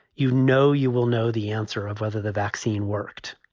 you know, you will know the answer of whether the vaccine worked.